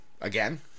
Again